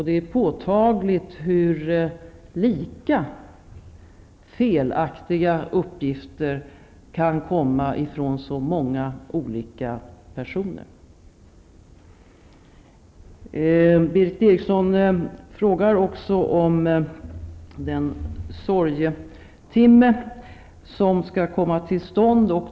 Det är påtagligt hur samma felaktiga uppgifter kan komma från så många olika personer. Berith Eriksson frågar också om den sorgetimme som skall komma till stånd.